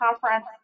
Conference